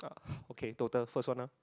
okay total first one ah